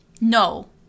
No